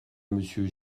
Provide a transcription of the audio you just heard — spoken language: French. monsieur